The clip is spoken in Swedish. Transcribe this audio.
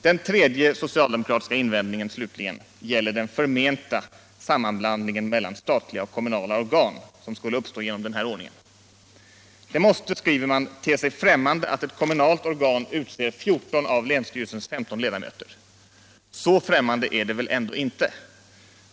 Den tredje socialdemokratiska invändningen, slutligen, gäller den förmenta sammanblandning mellan statliga och kommunala organ som skulle uppstå genom den här ordningen. Det måste, skriver man, ”te sig främmande att ett kommunalt organ utser 14 av länsstyrelsens 15 ledamöter”. Så främmande är det väl inte.